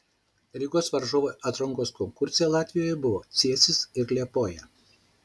rygos varžovai atrankos konkurse latvijoje buvo cėsys ir liepoja